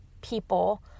people